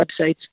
websites